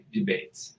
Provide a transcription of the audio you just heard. Debates